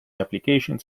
applications